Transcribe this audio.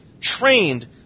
trained